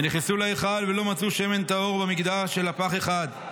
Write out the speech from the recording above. ונכנסו להיכל ולא מצאו שמן טהור במקדש אלא פך אחד,